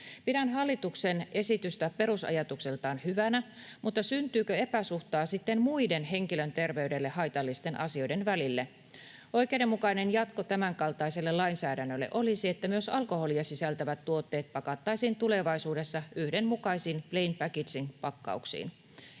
Pidän hallituksen esitystä perusajatukseltaan hyvänä, mutta syntyykö epäsuhtaa sitten muiden henkilön terveydelle haitallisten asioiden välille? Oikeudenmukainen jatko tämän kaltaiselle lainsäädännölle olisi, että myös alkoholia sisältävät tuotteet pakattaisiin tulevaisuudessa yhdenmukaisiin plain packaging -pakkauksiin.